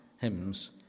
hymns